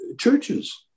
churches